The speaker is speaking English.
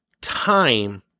time